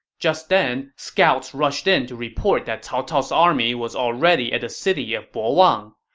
just then, scouts rushed in to report that cao cao's army was already at the city of bo wang.